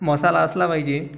मसाला असला पाहिजे